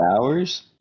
hours